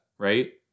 Right